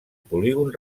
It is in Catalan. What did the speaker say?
polígon